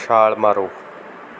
ਛਾਲ ਮਾਰੋ